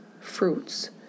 fruits